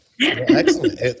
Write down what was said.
Excellent